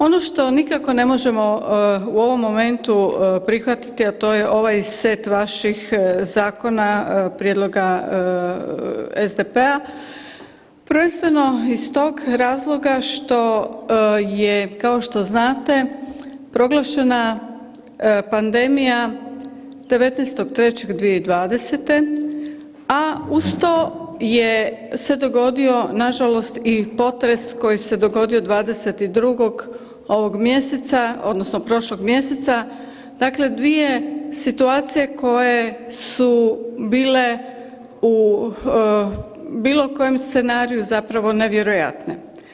Ono što nikako ne možemo u ovom momentu prihvatiti, a to je ovaj set vaših zakona, prijedloga SDP-a, prvenstveno iz tog razloga što je kao što znate proglašena pandemija 19.3.2020., a uz to je se dogodio nažalost i potres koji se dogodio 22. ovog mjeseca odnosno prošlog mjeseca, dakle dvije situacije koje su bile u bilo kojem scenariju zapravo nevjerojatne.